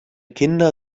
kinder